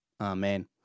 Amen